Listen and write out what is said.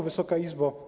Wysoka Izbo!